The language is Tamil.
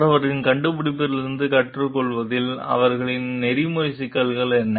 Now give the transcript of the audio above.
மற்றவர்களின் கண்டுபிடிப்பிலிருந்து கற்றுக்கொள்வதில் அவர்களின் நெறிமுறை சிக்கல்கள் என்ன